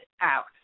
out